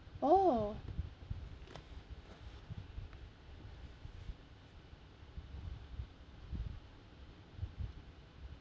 oh